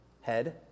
head